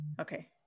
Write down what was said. okay